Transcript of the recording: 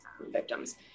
victims